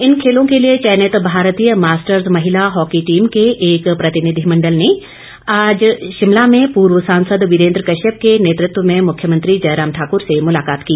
इन खेलों के लिए चयनित भारतीय मास्टर्ज महिला हॉकी टीम के एक प्रतिनिधिमंडल ने आज शिमला में पूर्व सांसद वीरेन्द्र कश्यप के नेतृत्व में मुख्यमंत्री जयराम ठाक्र से मुलाकात की